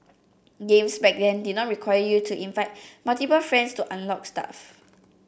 games back then did not require you to invite multiple friends to unlock stuff